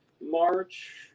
March